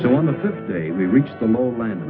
so on the fifth day we reached the moment